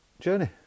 journey